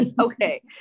Okay